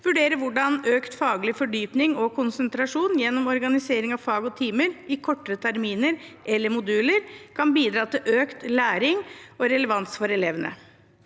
vurdere hvordan økt faglig fordypning og konsentrasjon, gjennom organisering av fag og timer i kortere terminer eller moduler, kan bidra til økt læring og relevans for elevene.»